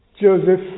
Joseph